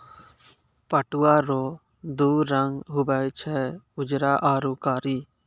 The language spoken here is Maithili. पटुआ रो दू रंग हुवे छै उजरा आरू कारी